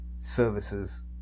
services